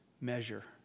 measure